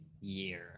year